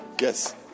Yes